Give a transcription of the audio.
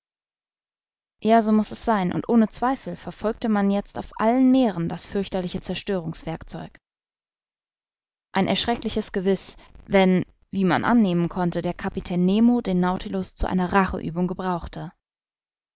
ja so mußte es sein und ohne zweifel verfolgte man jetzt auf allen meeren das fürchterliche zerstörungswerkzeug ein erschreckliches gewiß wenn wie man annehmen konnte der kapitän nemo den nautilus zu einer racheübung gebrauchte